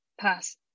Pass